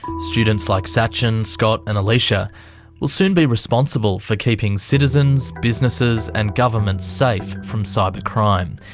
students like sachin, scott, and alicia will soon be responsible for keeping citizens, businesses, and governments safe from cybercrime,